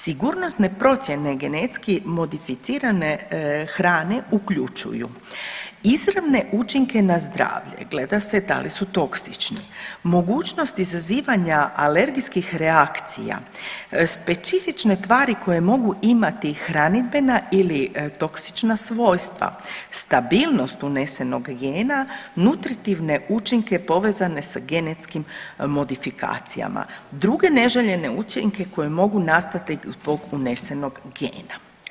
Sigurnosne procjene genetski modificirane hrane uključuju izravne učinke na zdravlje, gleda se da li su toksični, mogućnost izazivanja alergijskih reakcija, specifične tvari koje mogu imati hranidbena ili toksična svojstva, stabilnost unesenog gena nutritivne učinke povezane sa genetskim modifikacijama i druge neželjene učinke koji mogu nastati zbog unesenog gena.